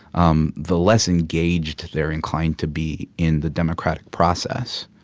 um the less engaged they're inclined to be in the democratic process.